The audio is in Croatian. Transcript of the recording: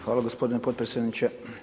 Hvala gospodine potpredsjedniče.